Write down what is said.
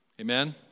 Amen